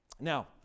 Now